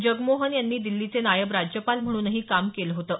जगमोहन यांनी दिल्लीचे नायब राज्यपाल म्हणूनही काम केलं होतं